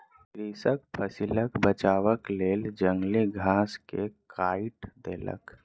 कृषक फसिलक बचावक लेल जंगली घास के काइट देलक